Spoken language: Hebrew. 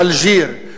באלג'יר,